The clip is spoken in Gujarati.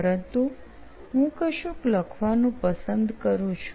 પરંતુ હું કશુંક લખવાનું પસંદ કરું છું